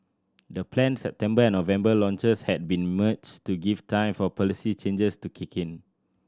the planned September and November launches had been merged to give time for policy changes to kick in